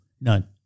None